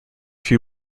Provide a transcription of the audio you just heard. few